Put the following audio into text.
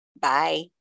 Bye